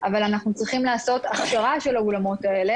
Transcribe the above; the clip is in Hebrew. אבל אנחנו צריכים לעשות הכשרה של האולמות האלה